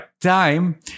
time